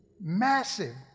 Massive